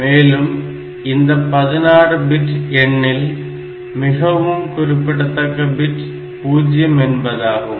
மேலும் இந்த 16 பிட் எண்ணில் மிகவும் குறிப்பிடத்தக்க பிட் 0 என்பதாகும்